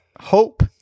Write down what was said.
hope